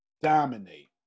dominate